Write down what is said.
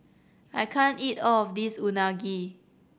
I can't eat all of this Unagi